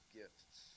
gifts